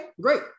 great